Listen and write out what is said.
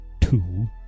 two